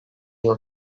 yıl